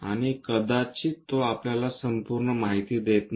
आणि कदाचित तो आपल्याला संपूर्ण माहिती देत नाही